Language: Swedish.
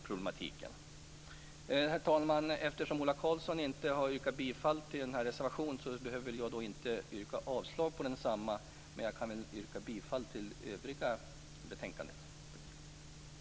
Herr talman! Eftersom Ola Karlsson inte har yrkat på godkännande av anmälan i reservationen, behöver jag inte yrka avslag på densamma. Men jag yrkar på godkännande av anmälan i övriga betänkandet.